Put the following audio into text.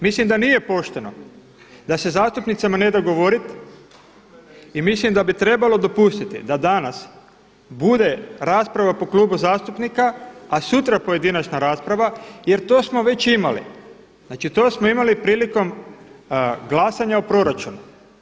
Mislim da nije pošteno da se zastupnicama ne da govorit i mislim da bi trebalo dopustiti da danas bude rasprava po klubu zastupnika a sutra pojedinačna rasprava jer to smo već imali, znači to smo imali prilikom glasanja o proračunu.